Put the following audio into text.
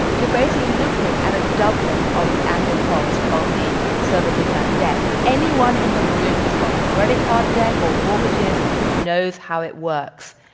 you're basically looking at a doubling of the annual cost of the servicing that debt. anyone in the room has got credit card debt or mortgages knows how it works.